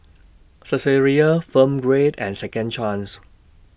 Saizeriya Film Grade and Second Chance